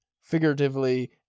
figuratively